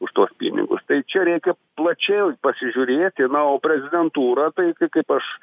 už tuos pinigus tai čia reikia plačiai pasižiūrėti na o prezidentūra tai kaip aš